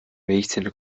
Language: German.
milchzähne